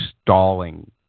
stalling